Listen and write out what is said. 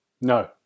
No